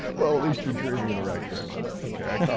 well, at least you're dreaming in the right direction. okay. i